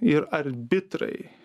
ir arbitrai